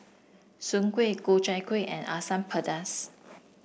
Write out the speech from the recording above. Soon Kway Ku Chai Kueh and Asam Pedas